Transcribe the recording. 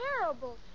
terrible